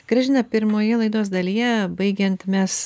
gražina pirmoje laidos dalyje baigiant mes